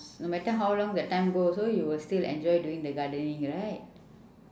no matter how long the time go also you will still enjoy doing the gardening right